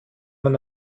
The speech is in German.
man